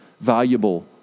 valuable